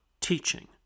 teaching